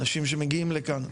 אנשים שמגיעים לכאן,